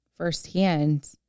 firsthand